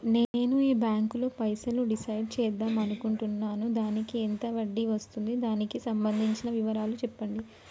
నేను ఈ బ్యాంకులో పైసలు డిసైడ్ చేద్దాం అనుకుంటున్నాను దానికి ఎంత వడ్డీ వస్తుంది దానికి సంబంధించిన వివరాలు చెప్పండి?